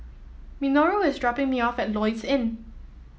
Minoru is dropping me off at Lloyds Inn